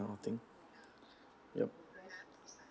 kind of thing yup